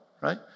right